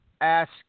ask